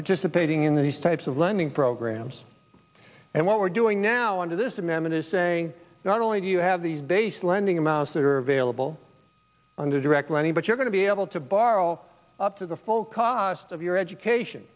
participating in these types of lending programs and what we're doing now under this amendment is saying not only do you have these base lending amounts that are available under direct money but you're going to be able to borrow up to the full cost of your education